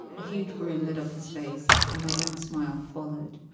a huge grin lit up his face and my own smile followed.